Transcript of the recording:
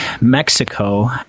Mexico